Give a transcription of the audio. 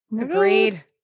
Agreed